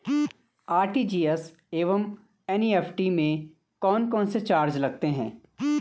RTGS एवं NEFT में कौन कौनसे चार्ज लगते हैं?